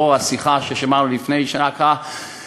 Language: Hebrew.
לנוכח השיחה ששמענו לפני שעה קלה,